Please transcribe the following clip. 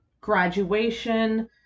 graduation